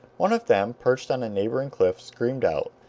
one of them, perched on a neighboring cliff, screamed out,